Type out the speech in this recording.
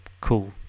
cool